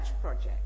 project